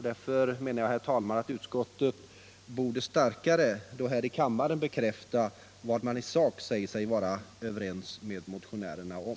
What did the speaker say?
Därför menar jag, herr talman, att utskottets företrädare borde starkare här i kammaren bekräfta vad man i sak säger sig vara överens med oss motionärer om.